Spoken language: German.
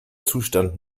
zustand